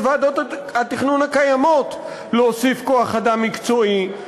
ועדות התכנון הקיימות: להוסיף כוח אדם מקצועי,